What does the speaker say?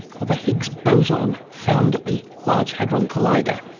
of a higgs boson found at the large hadron collider.